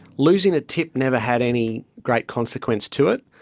losing a tip never had any great consequence to it.